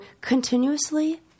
continuously